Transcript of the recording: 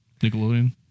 Nickelodeon